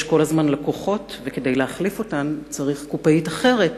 יש כל הזמן לקוחות וכדי להחליף אותן צריך קופאית אחרת.